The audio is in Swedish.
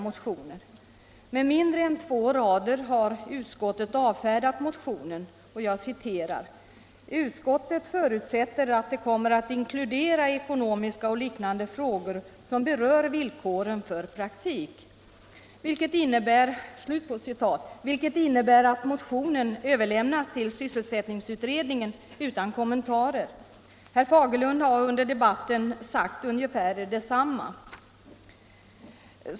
Med mindre än två rader har utskottet avfärdat motionen: ”Utskottet förutsätter att det kommer att inkludera ekonomiska och liknande frågor som berör villkoren för praktik.” Detta innebär att motionen överlämnas till sysselsättningsutredningen, utan kommentarer. Herr Fagerlund har under debatten sagt ungefär detsamma.